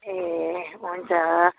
ए हुन्छ